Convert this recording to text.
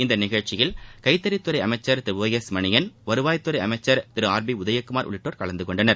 இந்த நிகழ்ச்சியில் கைத்தறித்துறை அமைச்சர் திரு ஒ எஸ் மணியன் வருவாய்த்துறை அமைச்சர் திரு ஆர் பி உதயகுமார் உள்ளிட்டோர் கலந்துகொண்டனர்